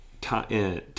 time